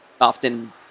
often